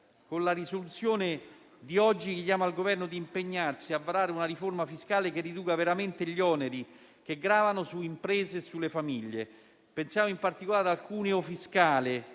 Con la risoluzione di oggi chiediamo al Governo di impegnarsi a varare una riforma fiscale che riduca veramente gli oneri che gravano su imprese e famiglie. Pensiamo, in particolare, al cuneo fiscale,